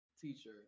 teacher